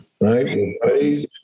right